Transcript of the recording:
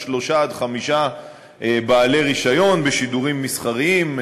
שלושה עד חמישה בעלי רישיון בשידורים מסחריים,